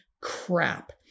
crap